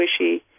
squishy